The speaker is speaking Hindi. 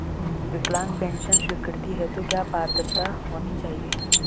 विकलांग पेंशन स्वीकृति हेतु क्या पात्रता होनी चाहिये?